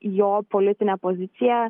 jo politinė pozicija